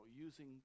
using